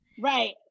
Right